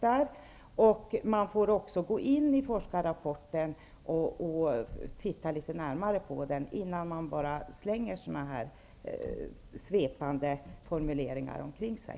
Vidare måste man studera forskarrapporten litet närmare innan man sprider så här svepande formuleringar omkring sig.